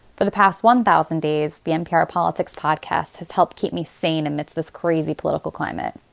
for the past one thousand days, the npr politics podcast has helped keep me sane amidst this crazy political climate.